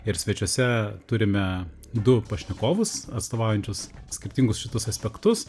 ir svečiuose turime du pašnekovus atstovaujančius skirtingus šituos aspektus